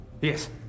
yes